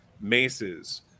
maces